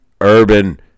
Urban